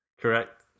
Correct